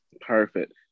perfect